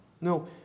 No